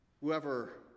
Whoever